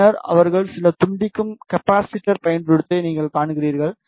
பின்னர் அவர்கள் சில துண்டிக்கும் கப்பாசிட்டர் பயன்படுத்துவதை நீங்கள் காண்கிறீர்கள்